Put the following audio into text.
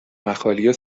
مخالی